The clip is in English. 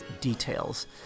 details